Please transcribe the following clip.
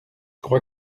crois